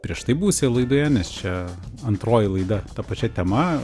prieš tai buvusioj laidoje nes čia antroji laida ta pačia tema